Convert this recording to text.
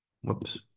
Whoops